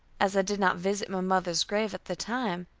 as i did not visit my mother's grave at the time,